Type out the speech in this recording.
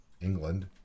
England